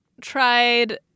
tried